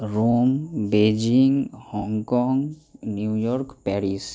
Rome Beijing Hong Kong New York Paris